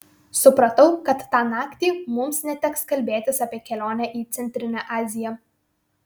supratau kad tą naktį mums neteks kalbėtis apie kelionę į centrinę aziją